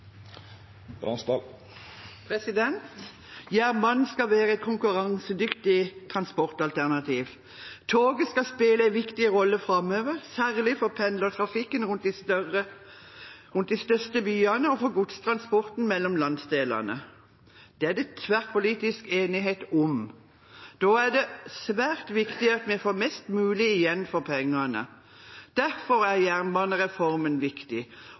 skal være et konkurransedyktig transportalternativ. Toget skal spille en viktig rolle framover, særlig for pendlertrafikken rundt de største byene og for godstransporten mellom landsdelene. Det er det tverrpolitisk enighet om. Da er det svært viktig at vi får mest mulig igjen for pengene. Derfor er jernbanereformen viktig,